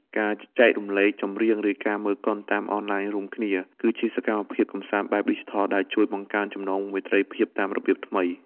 ការចែករំលែកចម្រៀង ឬការមើលកុនតាមអនឡាញរួមគ្នា គឺជាសកម្មភាពកម្សាន្តបែបឌីជីថលដែលជួយបង្កើតចំណងមេត្រីភាពតាមរបៀបថ្មី។